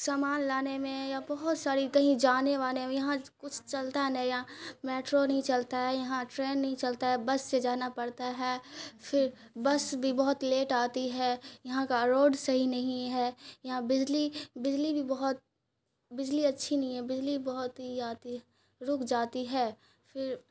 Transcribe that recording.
سامان لانے میں یا بہت ساری کہیں جانے وانے میں یہاں کچھ چلتا نہیں یہاں میٹرو نہیں چلتا ہے یہاں ٹرین نہیں چلتا ہے بس سے جانا پڑتا ہے پھر بس بھی بہت لیٹ آتی ہے یہاں کا روڈ صحیح نہیں ہے یہاں بجلی بجلی بھی بہت بجلی اچھی نہیں ہے بجلی بہت ہی آتی رک جاتی ہے پھر